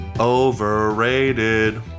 Overrated